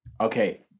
Okay